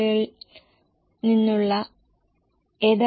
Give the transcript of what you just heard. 10 എന്നാൽ അശുഭാപ്തി കണക്കുകൂട്ടലിനായി സ്ഥിരമായ ചെലവ് ഞങ്ങൾ 1